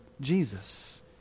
Jesus